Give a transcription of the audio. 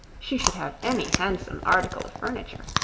she should have any handsome article of furniture.